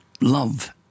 love